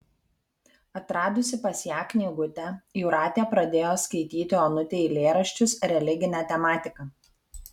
atradusi pas ją knygutę jūratė pradėjo skaityti onutei eilėraščius religine tematika